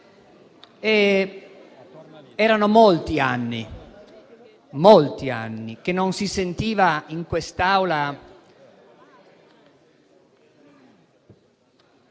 Erano molti anni che non si sentiva in quest'Aula...